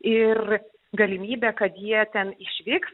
ir galimybė kad jie ten išvyks